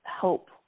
help